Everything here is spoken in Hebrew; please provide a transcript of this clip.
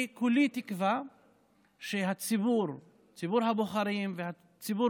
כולי תקווה שציבור הבוחרים והציבור